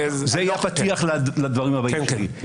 זה יהיה פתיח לדברים הבאים שלי.